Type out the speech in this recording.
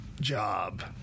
job